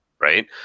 Right